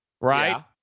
right